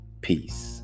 peace